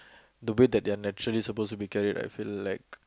the way that they're naturally suppose to be carried I feel like